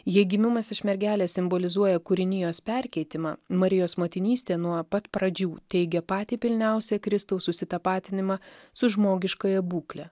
jei gimimas iš mergelės simbolizuoja kūrinijos perkeitimą marijos motinystė nuo pat pradžių teigė patį pilniausią kristaus susitapatinimą su žmogiškąja būkle